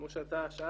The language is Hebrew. כמו שאתה שאלת,